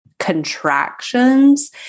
contractions